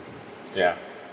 ya